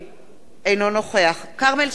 אינו נוכח כרמל שאמה הכהן,